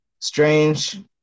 Strange